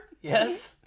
Yes